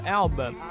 album